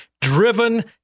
driven